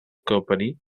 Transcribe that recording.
company